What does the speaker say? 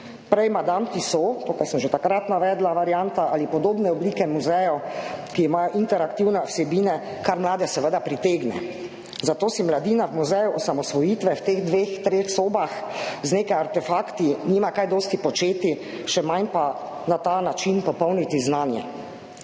Prej Madame Tussauds, kar sem že takrat navedla varianto, ali podobne oblike muzejev, ki imajo interaktivne vsebine, kar mlade seveda pritegne. Zato mladina v Muzeju slovenske osamosvojitve v teh dveh, treh sobah z nekaj artefakti nima kaj dosti početi, še manj pa na ta način popolniti znanje.